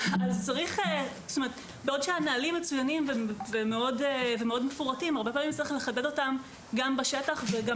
בעוד שהנהלים מצוינים ומאוד מפורטים יש לחדד אותם וגם